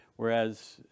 Whereas